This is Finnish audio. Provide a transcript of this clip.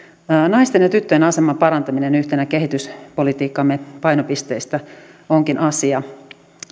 naisten ja tyttöjen aseman parantaminen yhtenä kehityspolitiikkamme painopisteistä onkin asia